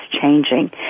changing